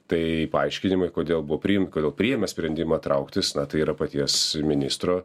tai paaiškinimai kodėl buvo priimt kodėl priėmė sprendimą trauktis na tai yra paties ministro